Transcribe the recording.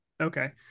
Okay